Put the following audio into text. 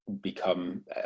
become